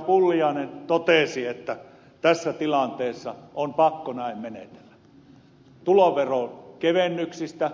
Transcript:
pulliainen totesi että tässä tilanteessa on pakko näin menetellä kun tuloveron kevennyksistä